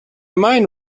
mind